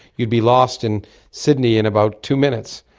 you'd be lost in sydney in about two minutes.